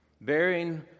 bearing